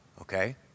Okay